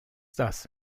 das